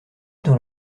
dans